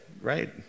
right